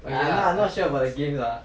I I'm not sure about the game lah